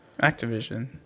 Activision